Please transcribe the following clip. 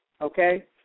okay